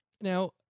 Now